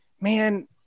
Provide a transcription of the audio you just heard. man